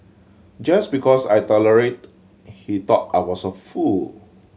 just because I tolerated he thought I was a fool